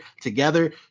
together